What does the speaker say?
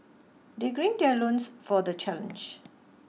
they grin their loins for the challenge